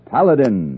Paladin